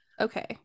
Okay